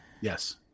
yes